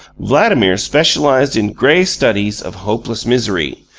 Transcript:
vladimir specialized in grey studies of hopeless misery,